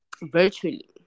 virtually